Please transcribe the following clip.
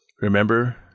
Remember